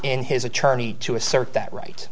in his attorney to assert that right